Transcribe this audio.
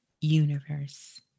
universe